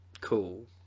Cool